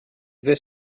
this